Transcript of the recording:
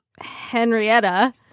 Henrietta